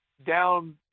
down